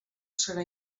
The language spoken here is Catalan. serà